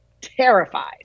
Terrified